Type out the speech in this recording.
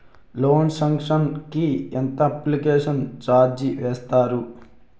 Loan sanction కి ఎంత application charge వేస్తారు?